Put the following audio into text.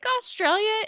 Australia